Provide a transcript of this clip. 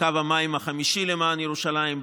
בקו המים החמישי לקראת ירושלים,